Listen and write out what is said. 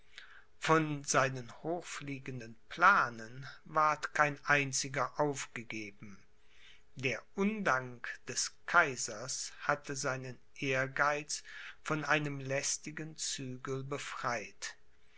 von seinen hochfliegenden planen ward kein einziger aufgegeben der undank des kaisers hatte seinen ehrgeiz von einem lästigen zügel befreit